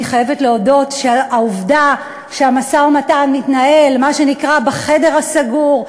אני חייבת להודות שהעובדה שהמשא-ומתן מתנהל מה שנקרא בחדר הסגור,